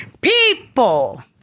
People